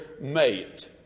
mate